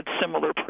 similar